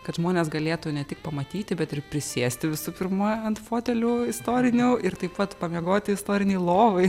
kad žmonės galėtų ne tik pamatyti bet ir prisėsti visų pirma ant fotelių istorinių ir taip pat pamiegoti istorinėj lovoj